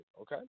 okay